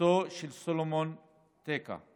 מותו של סלומון טקה,